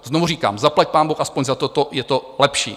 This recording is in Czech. Znovu říkám, zaplať pánbůh aspoň za toto, je to lepší.